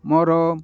ମୋର